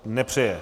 Nepřeje.